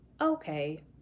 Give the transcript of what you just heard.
okay